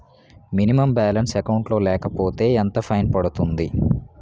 Minimum balance account లో లేకపోతే ఎంత ఫైన్ పడుతుంది?